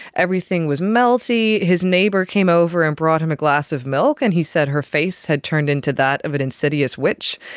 everything was melty. his neighbour came over and brought him a glass of milk and he said her face had turned into that of an insidious witch.